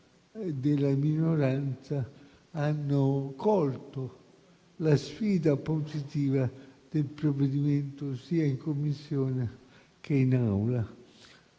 della minoranza abbiano colto la sfida positiva del provvedimento, sia in Commissione, sia in